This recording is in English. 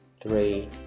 three